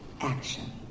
action